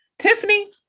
Tiffany